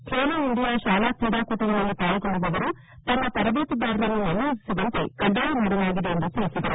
Khelo India ಶಾಲಾ ಕ್ರೀಡಾಕೂಟಗಳಲ್ಲಿ ಪಾಲ್ಗೊಳ್ಳುವವರು ತಮ್ಮ ತರಬೇತುದಾರರನ್ನು ನಮೂದಿಸುವಂತೆ ಕಡ್ಡಾಯ ಮಾಡಲಾಗಿದೆ ಎಂದು ತಿಳಿಸಿದರು